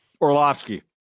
Orlovsky